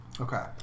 Okay